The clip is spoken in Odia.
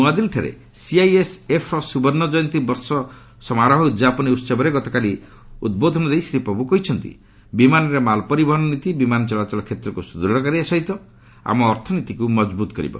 ନୂଆଦିଲ୍ଲୀଠାରେ ସିଆଇଏସ୍ଏଫ୍ର ସୁବର୍ଣ୍ଣ କ୍ଷୟନ୍ତୀ ସମାରୋହର ଉଦ୍ଯାପନୀ ଉହବରେ ଗତକାଲି ଉଦ୍ବୋଧନ ଦେଇ ଶ୍ରୀ ପ୍ରଭୁ କହିଛନ୍ତି ଯେ ବିମାନରେ ମାଲ୍ ପରିବହନ ନୀତି ବିମାନ ଚଳାଚଳ କ୍ଷେତ୍ରକୁ ସୁଦୃଢ଼ କରିବା ସହିତ ଆମ ଅର୍ଥନୀତିକୁ ମଜବୁତ କରିବ